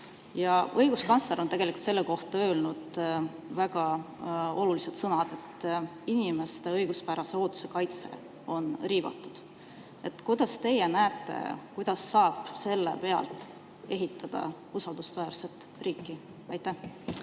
Ja õiguskantsler on tegelikult selle kohta öelnud väga olulised sõnad, et inimeste õiguspärase ootuse kaitse on riivatud. Kuidas teie näete, kuidas saab sellisel alusel ehitada usaldusväärset riiki? Aitäh,